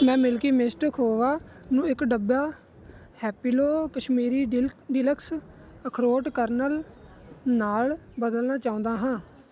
ਮੈਂ Milky Mist ਖੋਵਾ ਨੂੰ ਇੱਕ ਡੱਬਾ ਹੈਪੀਲੋ ਕਸ਼ਮੀਰੀ ਡੀ ਡੀਲਕਸ ਅਖਰੋਟ ਕਰਨਲ ਨਾਲ ਬਦਲਣਾ ਚਾਹੁੰਦਾ ਹਾਂ